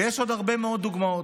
ויש עוד הרבה מאוד דוגמאות